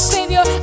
Savior